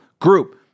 group